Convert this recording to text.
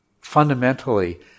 fundamentally